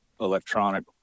electronic